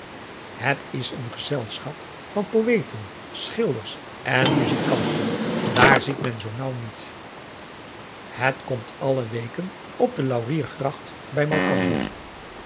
het is in een gezelschap van poëten schilders en muzijkanten daar ziet men zoo naauw niet het komt alle weken op de lauriergracht bij malkander